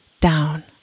down